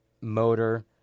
motor